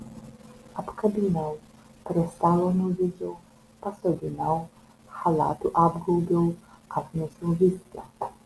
apkabinau prie stalo nuvedžiau pasodinau chalatu apgaubiau atnešiau viskio